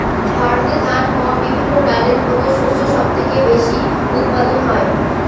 ভারতে ধান, গম, বিভিন্ন ডালের মত শস্য সবচেয়ে বেশি উৎপাদন হয়